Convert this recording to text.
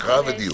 הקראה ודיון.